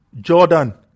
Jordan